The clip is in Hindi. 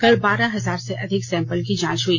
कल बारह हजार से अधिक सैंपल की जांच हुई